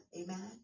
Amen